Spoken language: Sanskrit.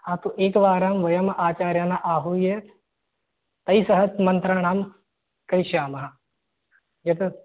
आ तु एकवारं वयं आचार्यान् आहूय तैः सह मन्त्रणं करिष्यामः यतः